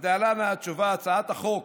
אז להלן התשובה: הצעת החוק